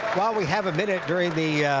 while we have a minute during the